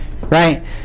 right